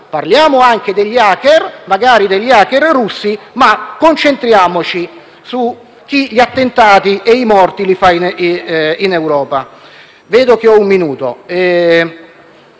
parliamo anche degli *hacker*, magari di quelli russi, ma concentriamoci su chi gli attentati e i morti li fa in Europa. Vedo che ho ancora un minuto